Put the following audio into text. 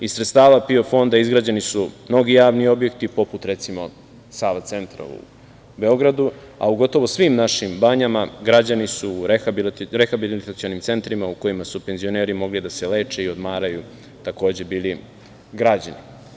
Iz sredstava PIO fonda izgrađen su mnogi javni objekti, poput, recimo, Sava centra u Beogradu, a u gotovo svim našim banjama građani su u rehabilitacionim centrima u kojima su penzioneri mogli da se leče i odmaraju takođe bili građeni.